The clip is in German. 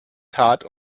tat